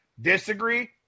disagree